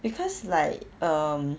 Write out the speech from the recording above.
because like um